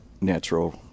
natural